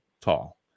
tall